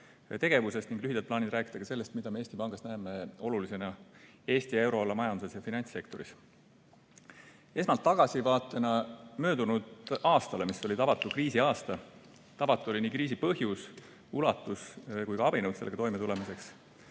tegevusest ning lühidalt plaanin rääkida ka sellest, mida me Eesti Pangas näeme olulisena Eesti ja euroala majanduses ja finantssektoris. Esmalt tagasivaade möödunud aastale, mis oli tavatu kriisiaasta. Tavatud olid nii kriisi põhjus, ulatus kui ka abinõud sellega toimetulemiseks.